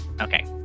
Okay